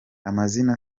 amazina